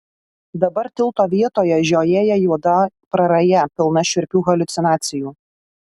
dabar tilto vietoje žiojėja juoda praraja pilna šiurpių haliucinacijų